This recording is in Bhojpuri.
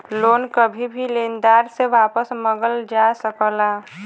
लोन कभी भी लेनदार से वापस मंगल जा सकला